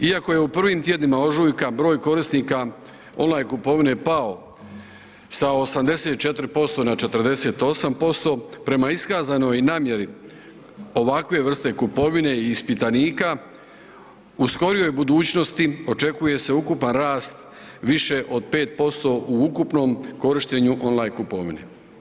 Iako je u prvim tjednima ožujka broj korisnika on line kupovine pao sa 84% na 48% prema iskazanoj namjeri ovakve vrste kupovine i ispitanika u skorijoj budućnosti očekuje se ukupan rast više od 5% u ukupnom korištenju on line kupovine.